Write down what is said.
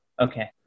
okay